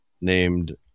named